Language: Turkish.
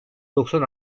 doksan